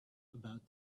about